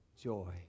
joy